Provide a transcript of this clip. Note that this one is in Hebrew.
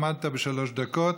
עמדת בשלוש דקות.